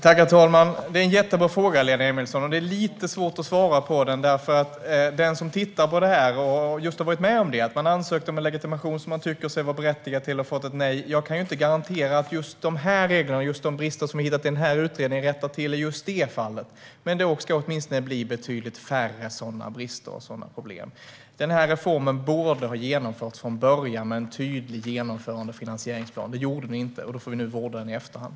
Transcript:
Herr talman! Det är en jättebra fråga, Lena Emilsson. Det är lite svårt att svara på den, för när det gäller den som har varit med om detta - den som har ansökt om en legitimation den tycker sig vara berättigad till och fått ett nej - kan jag inte garantera att just dessa regler och just de brister vi har hittat i denna utredning rättar till just deras fall. Men det ska åtminstone bli betydligt färre sådana brister och problem. Denna reform borde ha genomförts från början, med en tydlig genomförande och finansieringsplan. Det gjordes inte, och därför får vi nu vårda den i efterhand.